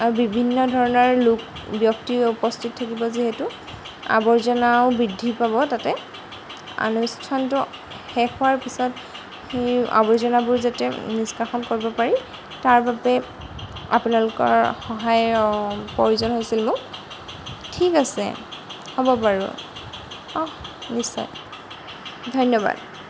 আৰু বিভিন্ন ধৰণৰ লোক ব্যক্তি উপস্থিত থাকিব যিহেতু আৱৰ্জনাও বৃদ্ধি পাব তাতে অনুষ্ঠানটো শেষ হোৱাৰ পিছত সেই আৱৰ্জনাবোৰ যাতে নিষ্কাশন কৰিব পাৰি তাৰ বাবে আপোনালোকৰ সহায়ৰ প্ৰয়োজন হৈছিলোঁ ঠিক আছে হ'ব বাৰু অঁ নিশ্চয় ধন্যবাদ